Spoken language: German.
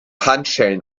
handschellen